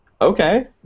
okay